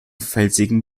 felsigen